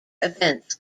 events